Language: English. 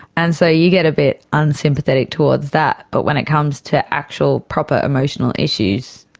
and so you get a bit unsympathetic towards that. but when it comes to actual proper emotional issues,